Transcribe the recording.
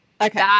Okay